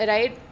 Right